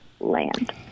land